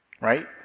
right